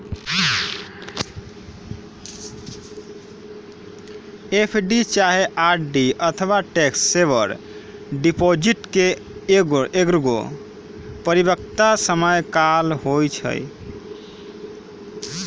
FD चाहे RD अथवा tax saver deposit के एगो परिपक्वता समय काल होइ छइ